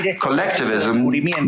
Collectivism